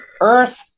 Earth